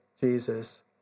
Jesus